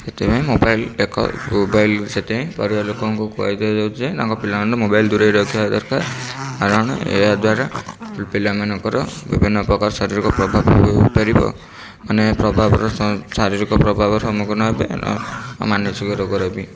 ସେଥିପାଇଁ ମୋବାଇଲ ଏକ ମୋବାଇଲ ସେଥିପାଇଁ ପରିବାର ଲୋକଙ୍କୁ କୁହାଇଦିଆଯାଉଛି ଯେ ତାଙ୍କ ପିଲାମାନଙ୍କୁ ମୋବାଇଲ ଦୂରେଇ ରଖିବା ଦରକାର କାରଣ ଏହାଦ୍ୱାରା ପି ପିଲାମାନଙ୍କର ବିଭିନ୍ନ ପ୍ରକାର ଶାରୀରିକ ପ୍ରଭାବ ହେଇପାରିବ ମାନେ ପ୍ରଭାବର ଶାରୀରିକ ପ୍ରଭାବର ସମ୍ମୁଖୀନ ହେବେ ଆ ଆଉ ମାନସିକ ରୋଗରେ ବି